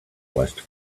west